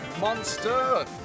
monster